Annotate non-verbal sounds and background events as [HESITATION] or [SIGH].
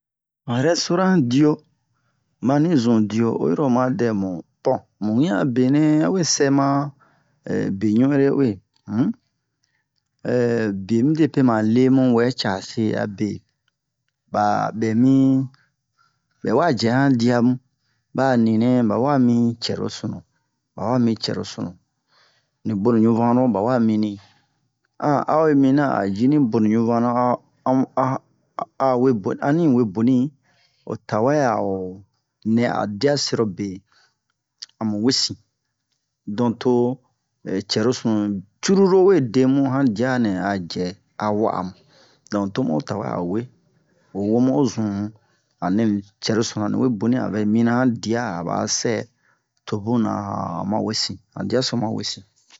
han rɛstoran diyo mani zun diyo oyiro oma dɛmu bon mu wiɲan a benɛ awe sɛ ma [HESITATION] be ɲun'ere uwe um [HESITATION] midepe ma le mu wɛ case abe ɓa ɓɛmi ɓɛwa jɛ han diya mu ɓa'a ninɛ ɓawa mi cɛrosunu ɓawa mi cɛrosunu ni bonu ɲunvanlo ɓawa minni [HESITATION] a o yi miniyan a o ji ni bonu ɲunvanlo a o a mu a a we boni anni we boni o tawɛ a o nɛ a o diya sɛrobe a mu wesin donk to [HESITATION] cɛrosunu curulu we de mu han diya nɛ a jɛ a wa'a mu donk ho mu o tawɛ a o we o ho mu o zun a nɛ ni cɛrosunu ani we boni a vɛ mina han diya aba a sɛ to bunna han ma wesin han diya so ma wesin